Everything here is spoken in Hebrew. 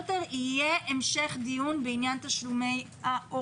אני שמחה לפתוח הבוקר את ישיבת ועדת החינוך בעניין תשלומי ההורים.